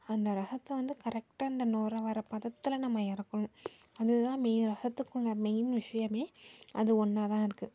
அந்த ரசத்தை வந்து கரெக்டாக இந்த நுற வர பதத்தில் நம்ம இறக்கணும் அது தான் மெயின் ரசத்துக்குள்ள மெயின் விஷயமே அது ஒன்றா தான் இருக்குது